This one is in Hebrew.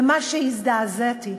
וממה שהזדעזעתי,